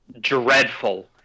dreadful